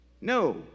No